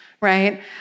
right